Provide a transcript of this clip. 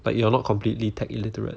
like you are not completely tech illiterate